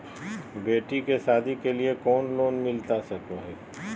बेटी के सादी के लिए कोनो लोन मिलता सको है?